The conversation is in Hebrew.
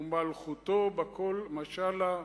ומלכותו בכול משלה,